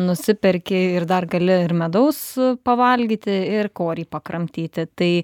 nusiperki ir dar gali ir medaus pavalgyti ir korį pakramtyti tai